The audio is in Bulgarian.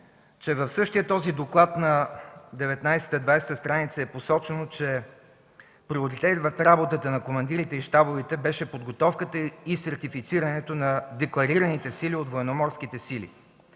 че в същия този доклад на 19-20 страница е посочено, че приоритет в работата на командирите и щабовете беше подготовката и с ратифицирането на декларираните сили от Военноморските сили.